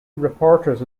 reporters